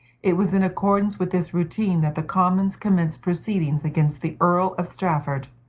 it was in accordance with this routine that the commons commenced proceedings against the earl of strafford,